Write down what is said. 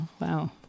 Wow